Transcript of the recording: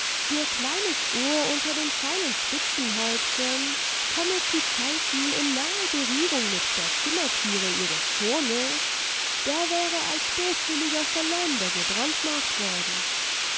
ihr kleines ohr unter dem feinen spitzenhäubchen komme zuzeiten in nahe berührung mit der zimmerthüre ihres sohnes der wäre als böswilliger verleumder gebrandmarkt worden